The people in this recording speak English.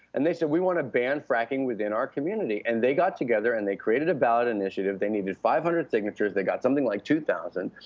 and they said, we want to ban fracking within our community. and they got together, and they created a ballot initiative. they needed five hundred signatures, they got something like two thousand.